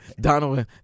Donald